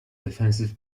defensive